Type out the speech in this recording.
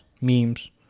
memes